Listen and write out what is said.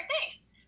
Thanks